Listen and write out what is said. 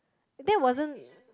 that wasn't